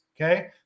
Okay